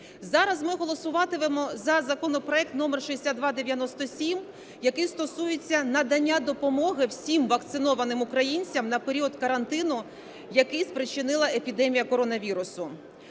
Зараз ми голосуватимемо за законопроект № 6297, який стосується надання допомоги всім вакцинованим українцям на період карантину, який спричинила епідемія коронавірусу.